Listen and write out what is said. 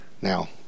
Now